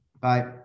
Bye